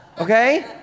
okay